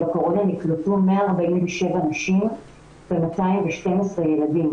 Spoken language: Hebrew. בקורונה נקלטו 147 נשים ו- 212 ילדים.